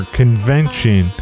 convention